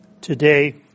today